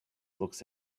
looks